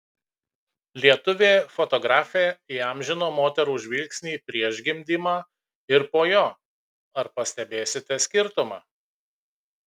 lietuvė fotografė įamžino moterų žvilgsnį prieš gimdymą ir po jo ar pastebėsite skirtumą